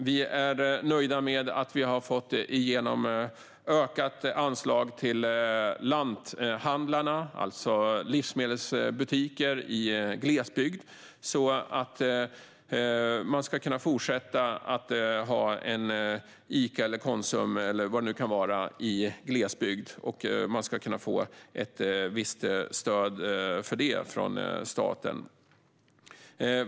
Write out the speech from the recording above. Vi är nöjda med att vi har fått igenom ökat anslag till lanthandlarna, alltså livsmedelsbutiker i glesbygd, så att man ska kunna fortsätta att ha en Ica eller Konsumbutik, eller vad det nu kan vara, i glesbygden. Man ska kunna få ett visst stöd för detta från staten.